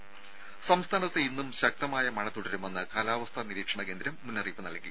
രുഭ സംസ്ഥാനത്ത് ഇന്നും ശക്തമായ മഴ തുടരുമെന്ന് കാലാവസ്ഥാ നിരീക്ഷണ കേന്ദ്രം മുന്നറിയിപ്പ് നൽകി